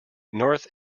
north